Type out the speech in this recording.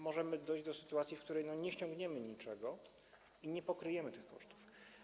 Może dojść do sytuacji, w której nie ściągniemy niczego i nie pokryjemy tych kosztów.